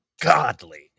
godly